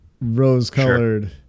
rose-colored